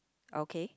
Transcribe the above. okay